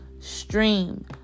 stream